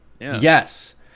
yes